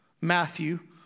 Matthew